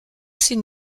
s’ils